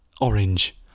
orange